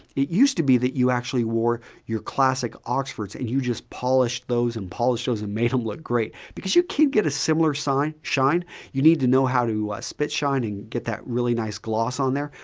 it used to be that you actually wore your classic oxfords and you just polish those and polish those and made them look great. because you can't get a similar shine, you need to know how to spit shine and get that really nice gloss on there,